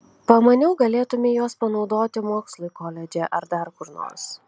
pamaniau galėtumei juos panaudoti mokslui koledže ar dar kur nors